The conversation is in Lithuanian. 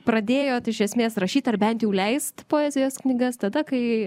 pradėjot iš esmės rašyt ar bent jau leist poezijos knygas tada kai